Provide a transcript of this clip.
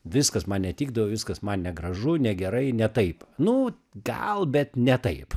viskas man netikdavo viskas man negražu negerai ne taip nu gal bet ne taip